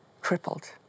crippled